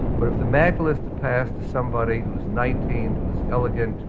but if the megalith the path to somebody who's nineteen, who's elegant,